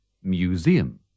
Museum